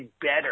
better